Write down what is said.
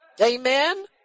Amen